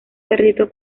perrito